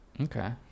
Okay